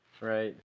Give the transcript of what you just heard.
Right